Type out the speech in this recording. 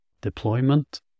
deployment